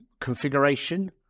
configuration